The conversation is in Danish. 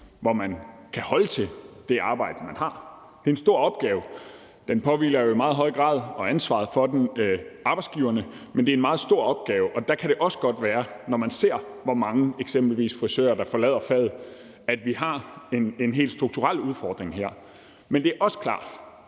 hvor man kan holde til det arbejde, man har. Det er en stor opgave, og den opgave og ansvaret for den påhviler jo i meget høj grad arbejdsgiverne. Men det er en meget stor opgave, og der kan det også godt være, når man ser, hvor mange eksempelvis frisører der forlader faget, at vi har en helt strukturel udfordring her. Det er også klart,